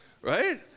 right